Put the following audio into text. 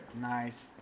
Nice